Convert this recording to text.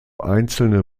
einzelne